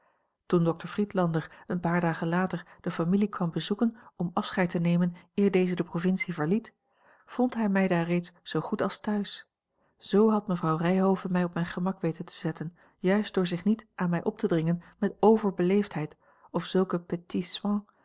toen dokter friedlander een paar dagen later de familie kwam bezoeken om afscheid te nemen eer deze de provincie verliet vond hij mij daar reeds zoo goed als thuis z had mevrouw ryhove mij op mijn gemak weten te zetten juist door zich niet aan mij op te dringen met verbeleefdheid of zulke petits